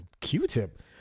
Q-tip